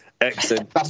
Excellent